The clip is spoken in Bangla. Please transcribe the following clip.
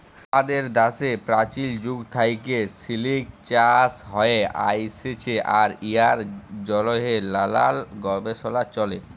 আমাদের দ্যাশে পাচীল যুগ থ্যাইকে সিলিক চাষ হ্যঁয়ে আইসছে আর ইয়ার জ্যনহে লালাল গবেষলা চ্যলে